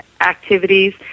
activities